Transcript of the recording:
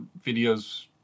videos